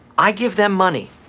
i give them money.